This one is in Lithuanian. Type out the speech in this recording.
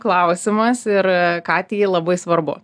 klausimas ir katei ji labai svarbu